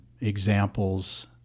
examples